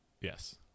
yes